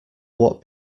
what